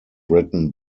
written